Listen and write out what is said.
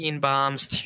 bombs